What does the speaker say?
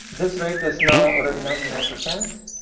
this rate is now already ninety nine percent.